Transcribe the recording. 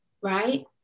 right